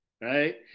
Right